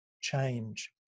change